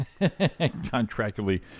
Contractually